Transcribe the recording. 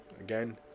again